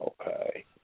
okay